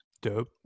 Dope